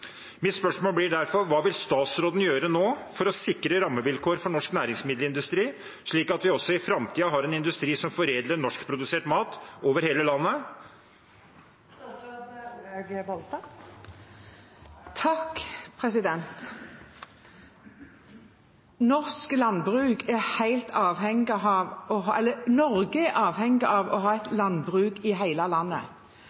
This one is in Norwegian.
Mitt spørsmål blir derfor: Hva vil statsråden gjøre nå for å sikre rammevilkår for norsk næringsmiddelindustri, slik at vi også i framtiden har en industri som foredler norskprodusert mat over hele landet? Norge er avhengig av å ha et landbruk i hele landet. Samtidig er det norske landbruket bygd opp med samvirkemodeller som er eid av landbruket selv, for å